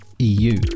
EU